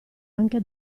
anche